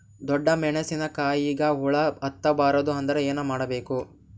ಡೊಣ್ಣ ಮೆಣಸಿನ ಕಾಯಿಗ ಹುಳ ಹತ್ತ ಬಾರದು ಅಂದರ ಏನ ಮಾಡಬೇಕು?